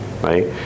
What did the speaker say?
right